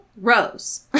Rose